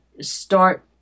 Start